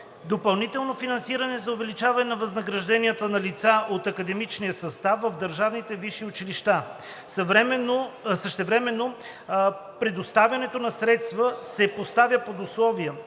допълнително финансиране за увеличение на възнагражденията на лицата от академичния състав в държавните висши училища. Същевременно предоставянето на средствата се поставя под условие